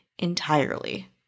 entirely